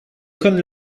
können